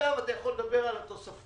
עכשיו אתה יכול לדבר על התוספתי,